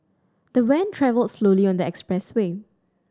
the van travelled slowly on the expressway